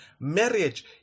Marriage